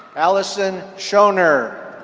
allison schoenherr.